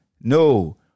no